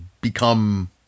become